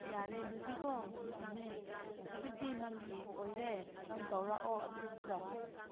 ꯌꯥꯔꯦ ꯑꯗꯨꯗꯤꯀꯣ ꯊꯝꯃꯦ ꯍꯧꯖꯤꯛꯇꯤ ꯅꯪꯒꯤ ꯑꯣꯏꯔꯦ ꯅꯪ ꯇꯧꯔꯛꯑꯣ ꯑꯊꯨꯕꯗ